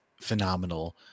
phenomenal